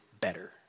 better